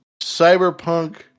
cyberpunk